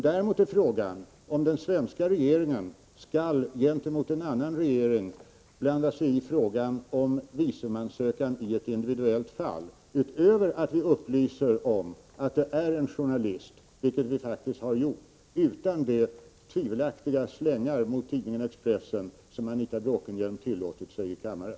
Däremot är frågan om den svenska regeringen gentemot en annan regering skall blanda sig i när det gäller en visumansökan i ett individuellt fall — utöver att vi upplyser om att det rör sig om en journalist, vilket vi faktiskt har gjort, utan de tvivelaktiga slängar mot tidningen Expressen som Anita Bråkenhielm tillåtit sig här i kammaren.